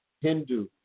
Hindu